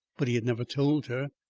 but he had never told her.